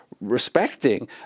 respecting